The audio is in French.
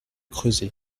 creuser